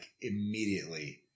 immediately